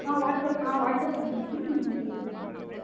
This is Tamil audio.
ஆ வாட்ஸ்அப் ஆ வாட்ஸ்அப் பண்ணிவிடுங்க நீங்கள் வந்து இது பண்ணிவிடுங்க